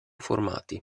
formati